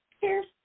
Cheers